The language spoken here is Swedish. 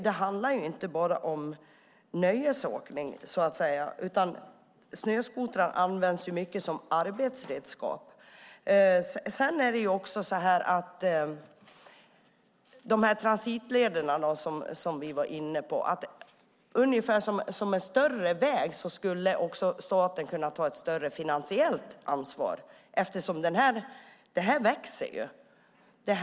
Det handlar nämligen inte bara om nöjesåkning, utan snöskotrar används mycket som arbetsredskap. De transitleder vi var inne på, som en större väg, skulle staten kunna ta ett större finansiellt ansvar för. Detta växer nämligen.